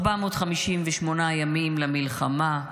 458 ימים למלחמה,